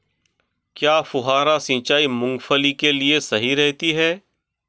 क्या फुहारा सिंचाई मूंगफली के लिए सही रहती है?